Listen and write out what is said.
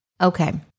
Okay